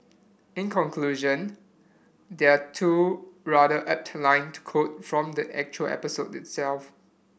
in conclusion there are two rather apt line to quote from the actual episode itself